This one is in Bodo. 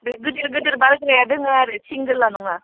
बे गोदोर गोदोर बारग्राया दोङो आरो सिंगेला नङा